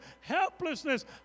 helplessness